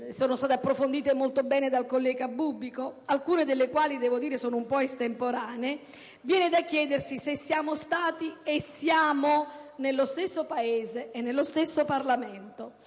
(sono state approfondite molto bene dal collega Bubbico), alcune delle quali sono un po' estemporanee, viene da chiedersi se siamo stati e siamo nello stesso Paese e nello stesso Parlamento,